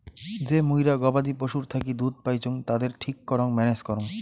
যে মুইরা গবাদি পশুর থাকি দুধ পাইচুঙ তাদের ঠিক করং ম্যানেজ করং